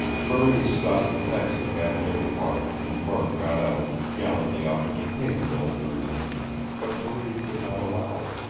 marie stopped the taxicab near the park, and murk got out and gallantly offered to pay the bill for his enemy, but marie would not allow it.